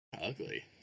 ugly